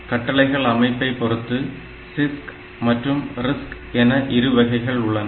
கட்டளைகள் அமைப்பை பொறுத்து CISC மற்றும் RISC என இரு வகைகள் உள்ளன